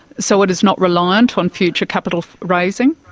so it is not reliant on future capital raising?